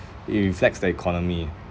it reflects the economy